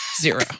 Zero